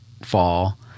fall